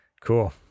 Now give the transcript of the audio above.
Cool